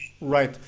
Right